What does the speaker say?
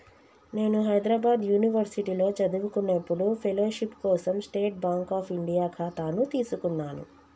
నేను హైద్రాబాద్ యునివర్సిటీలో చదువుకునేప్పుడు ఫెలోషిప్ కోసం స్టేట్ బాంక్ అఫ్ ఇండియా ఖాతాను తీసుకున్నాను